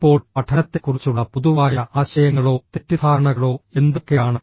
ഇപ്പോൾ പഠനത്തെക്കുറിച്ചുള്ള പൊതുവായ ആശയങ്ങളോ തെറ്റിദ്ധാരണകളോ എന്തൊക്കെയാണ്